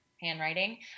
handwriting